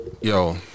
Yo